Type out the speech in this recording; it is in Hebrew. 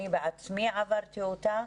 אני בעצמי עברתי אותה.